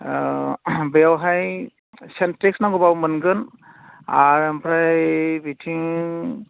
बेवहाय सेन्ट्रिं नांगौब्लाबो मोनगोन आर ओमफ्राय बिथिं